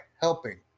helping